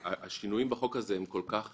השינויים בחוק הזה הם כל כך